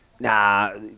Nah